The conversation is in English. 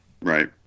Right